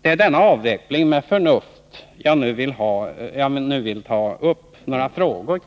Det är denna ”avveckling med förnuft” som jag nu vill beröra med några frågor.